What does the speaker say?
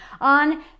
on